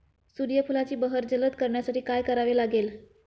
सूर्यफुलाची बहर जलद करण्यासाठी काय करावे लागेल?